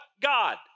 God